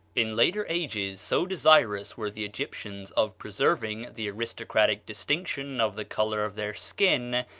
in later ages so desirous were the egyptians of preserving the aristocratic distinction of the color of their skin,